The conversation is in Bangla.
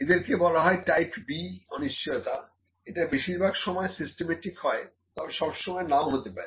এদেরকে বলা হয় টাইপ B অনিশ্চয়তা এটা বেশিরভাগ সময় সিস্টেমেটিক হয় তবে সব সময় নাও হতে পারে